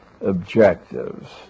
objectives